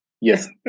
yes